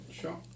Sure